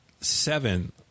Seven